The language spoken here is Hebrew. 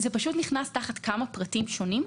זה נכנס תחת כמה פרטים שונים.